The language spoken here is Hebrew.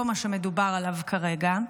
וזה לא מה שמדובר עליו כרגע.